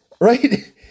right